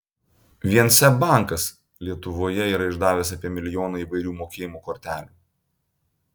vien seb bankas lietuvoje yra išdavęs apie milijoną įvairių mokėjimo kortelių